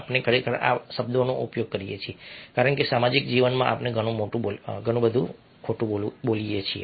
આપણે ખરેખર આ શબ્દનો ઉપયોગ કરીએ છીએ કારણ કે સામાજિક જીવનમાં આપણે ઘણું ખોટું બોલીએ છીએ